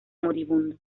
moribundo